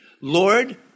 Lord